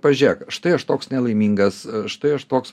pažiūrėk štai aš toks nelaimingas štai aš toks